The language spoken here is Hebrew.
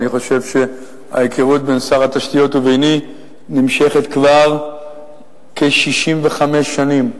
אני חושב שההיכרות בין שר התשתיות וביני נמשכת כבר כ-65 שנים,